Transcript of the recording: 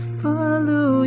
follow